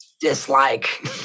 dislike